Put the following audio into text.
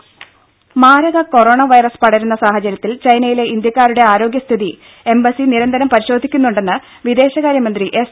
ടെട്ടി corona virus മാരക corona virus പടരുന്ന സാഹചര്യത്തിൽ ചൈനയിലെ ഇന്ത്യക്കാരുടെ ആരോഗ്യ സ്ഥിതി എംബസി നിരന്തരം പരിശോധിക്കുന്നുണ്ടെന്ന് വിദേശകാര്യമന്ത്രി എസ്